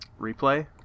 replay